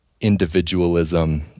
individualism